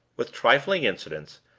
with trifling incidents,